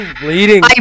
bleeding